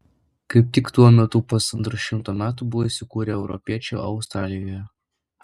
kaip tik tuo metu pusantro šimto metų buvo įsikūrę europiečiai australijoje